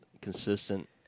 consistent